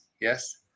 yes